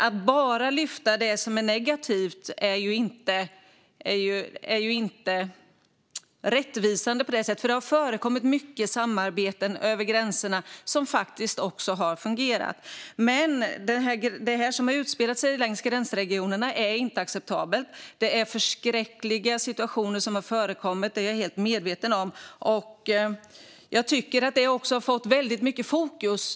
Att bara lyfta fram det som är negativt är inte rättvisande, för det har förekommit mycket samarbete över gränserna som faktiskt har fungerat. Men det som har utspelat sig i gränsregionerna är inte acceptabelt. Det är förskräckliga situationer som har förekommit, det är jag fullt medveten om, och jag tycker att det har fått väldigt mycket fokus.